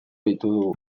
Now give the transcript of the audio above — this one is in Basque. ditugu